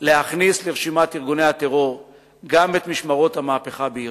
להכניס לרשימת ארגוני הטרור גם את "משמרות המהפכה" באירן.